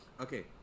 okay